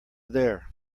there